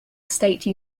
state